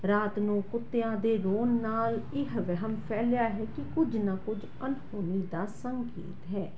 ਰਾਤ ਨੂੰ ਕੁੱਤਿਆਂ ਦੇ ਰੋਣ ਨਾਲ ਇਹ ਵਹਿਮ ਫੈਲਿਆ ਹੈ ਕਿ ਕੁਝ ਨਾ ਕੁਝ ਅਣਹੋਣੀ ਦਾ ਸੰਕੇਤ ਹੈ